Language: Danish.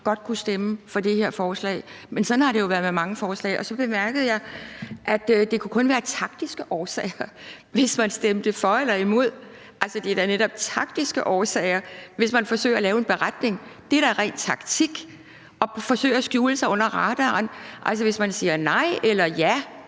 godt kunne stemme for det her forslag, men sådan har det jo været med mange forslag. Så bemærkede jeg, at det kun kunne være af taktiske årsager, hvis man stemte for eller imod. Altså, det er da netop taktiske årsager, hvis man forsøger at lave en beretning. Det er da ren taktik at forsøge at skjule sig under radaren, og hvis man siger nej eller ja,